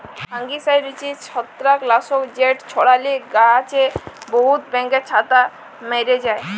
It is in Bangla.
ফাঙ্গিসাইড হছে ছত্রাক লাসক যেট ছড়ালে গাহাছে বহুত ব্যাঙের ছাতা ম্যরে যায়